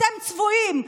אתם צבועים.